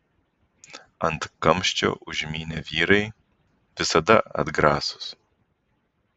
ant kamščio užmynę vyrai visada atgrasūs